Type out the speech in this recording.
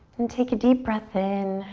and take a deep breath in.